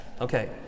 Okay